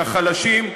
לחלשים,